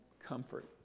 comfort